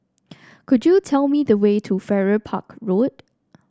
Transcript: could you tell me the way to Farrer Park Road